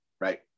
Right